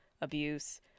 abuse